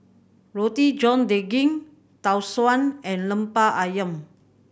Roti John Daging Tau Suan and Lemper Ayam